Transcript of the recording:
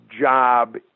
job